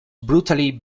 brutally